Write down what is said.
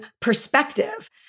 perspective